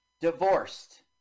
divorced